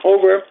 Over